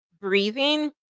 breathing